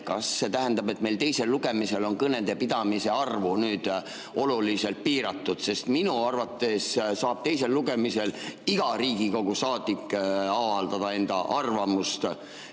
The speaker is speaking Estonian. Kas see tähendab, et meil teisel lugemisel on kõnede pidamise arvu nüüd oluliselt piiratud? Minu arvates saab teisel lugemisel iga Riigikogu saadik avaldada enda arvamust